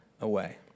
away